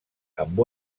amb